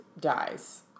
dies